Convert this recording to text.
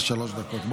אז זה שלוש דקות.